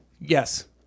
yes